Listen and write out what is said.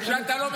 אתה אומר: